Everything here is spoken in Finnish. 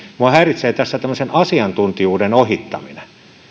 tässä tämmöisen asiantuntijuuden ohittaminen